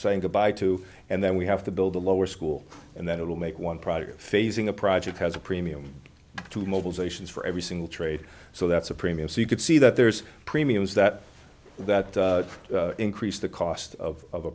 saying goodbye to and then we have to build a lower school and then it will make one product phasing a project has a premium to mobilizations for every single trade so that's a premium so you can see that there's premiums that that increase the cost of